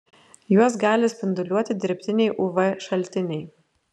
juos gali spinduliuoti dirbtiniai uv šaltiniai